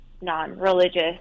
non-religious